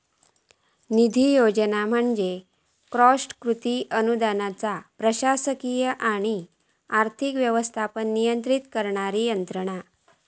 निधी योजना म्हणजे कॉस्ट कृती अनुदानाचो प्रशासकीय आणि आर्थिक व्यवस्थापन नियंत्रित करणारी यंत्रणा